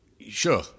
Sure